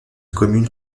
commune